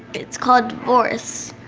it's called divorce.